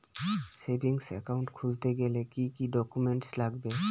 Savings account খুলতে গেলে কি কি ডকুমেন্টস লাগবে?